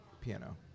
Piano